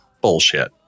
bullshit